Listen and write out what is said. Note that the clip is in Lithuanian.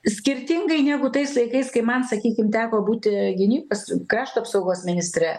skirtingai negu tais laikais kai man sakykim teko būti gynybos krašto apsaugos ministre